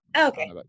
okay